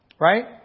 Right